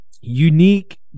unique